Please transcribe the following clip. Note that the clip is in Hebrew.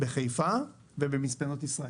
בחיפה ובמספנות ישראל.